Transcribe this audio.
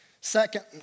second